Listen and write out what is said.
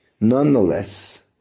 Nonetheless